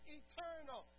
eternal